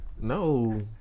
No